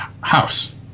house